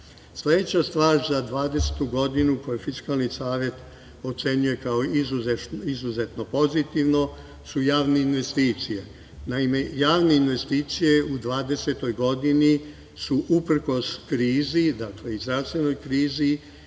nemamo. Sledeća stvar za 2020. godinu koju Fiskalni savet ocenjuje kao izuzetno pozitivnu su javne investicije. Naime, javne investicije u 2020. godini su uprkos krizi, i zdravstvenoj krizi